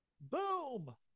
boom